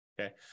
Okay